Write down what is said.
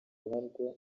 ruharwa